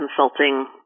consulting